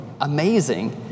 amazing